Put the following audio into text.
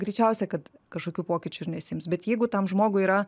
greičiausia kad kažkokių pokyčių ir nesiims bet jeigu tam žmogui yra